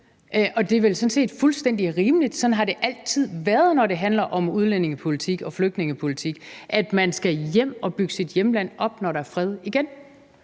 og det er vel sådan set fuldstændig rimeligt. Det har altid været sådan, når det handler om udlændingepolitik og flygtningepolitik, at man skal hjem og bygge sit hjemland op, når der er fred igen.